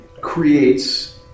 creates